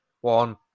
one